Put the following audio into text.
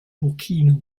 burkina